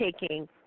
taking